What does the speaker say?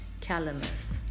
calamus